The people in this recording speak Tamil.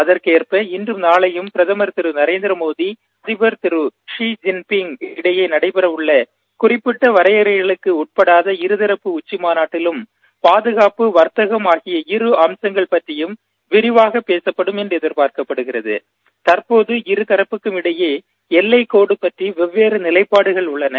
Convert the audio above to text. அதற்கேற்ப இன்று நாளையும் பிரதமர் நர்நதிர மோதி மற்றம் சீன அதிபர் ஜீ ஜிங் பிங் இடையே நடைபெறவுள்ள குறிப்பிட்ட வரையறைக்கு உட்படாத உச்சி மாநாட்டிலும் பாதுகாப்பு வர்த்தகம் ஆகிய இரு அம்சங்களும் பற்றியும் விரிவாக பேசப்படும் என எதிர்பார்க்கப்படுகிறது தற்போது இரு தரப்பிற்கும் இடையே எல்லைக்கோடுகள் பற்றி இருவேறு நிலைபாடுகள் உள்ளன